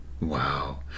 Wow